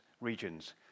regions